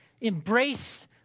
embrace